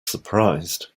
surprised